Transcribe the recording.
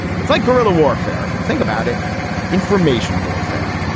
it's like guerrilla warfare if you think about it information warfare.